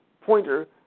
Pointer